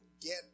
get